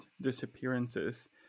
disappearances